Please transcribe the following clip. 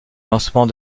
lancement